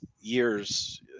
years